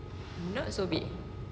not so big